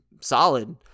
solid